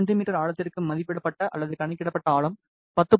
me ஆழத்திற்கு மதிப்பிடப்பட்ட அல்லது கணக்கிடப்பட்ட ஆழம் 10